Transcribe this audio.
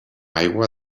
aigua